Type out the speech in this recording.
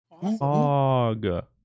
Fog